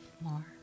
more